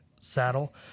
saddle